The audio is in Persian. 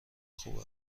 خوب